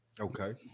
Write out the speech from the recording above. Okay